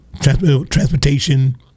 transportation